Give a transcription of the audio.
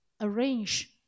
arrange